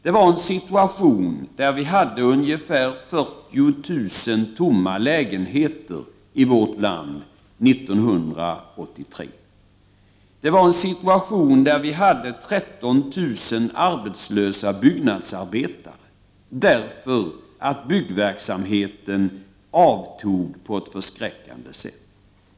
Det var en situation som gjorde att vi hade ungefär 40 000 tomma lägenheter i vårt land 1983 och 13 000 arbetslösa byggnadsarbetare, därför att byggverksamheten avtog på ett förskräckande sätt.